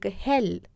hell